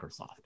Microsoft